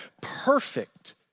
perfect